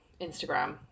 instagram